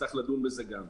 נצטרך לדון בזה גם.